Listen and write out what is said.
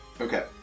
Okay